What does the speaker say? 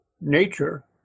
Nature